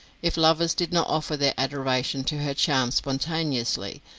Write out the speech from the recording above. if lovers did not offer their adoration to her charms spontaneously,